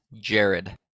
Jared